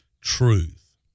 truth